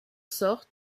sort